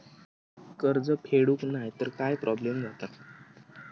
कर्ज फेडूक नाय तर काय प्रोब्लेम जाता?